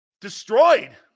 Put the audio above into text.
destroyed